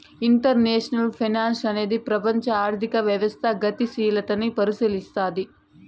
international finance అనేది ప్రపంచం ఆర్థిక వ్యవస్థ గతిశీలతని పరిశీలస్తది